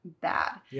bad